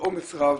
באומץ רב,